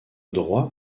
droit